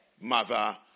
mother